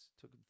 took